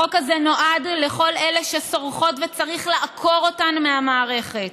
החוק הזה נועד לכל אלה שסורחות וצריך לעקור אותן מהמערכת.